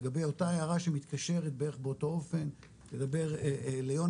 לגבי אותה הערה שמתקשרת בערך באותו אופן לגבי יונתן,